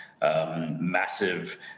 massive